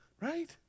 Right